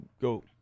go